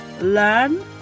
learn